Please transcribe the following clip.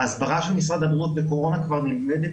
ההסברה של משרד הבריאות בקורונה כבר נלמדת